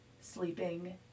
sleeping